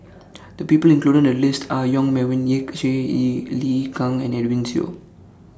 The People included in The list Are Yong Melvin Yik Chye Lee Kang and Edwin Siew